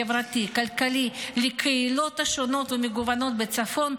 חברתי וכלכלי לקהילות השונות והמגוונות בצפון,